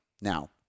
Now